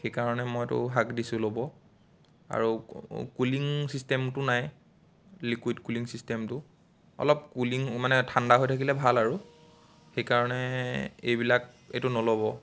সেইকাৰণে মই এইটো হাক দিছোঁ ল'ব আৰু কুলিং ছিষ্টেমটো নাই লিকুইড কুলিং ছিষ্টেমটো অলপ কুলিং মানে ঠাণ্ডা হৈ থাকিলে ভাল আৰু সেইকাৰণে এইবিলাক এইটো নল'ব